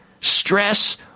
stress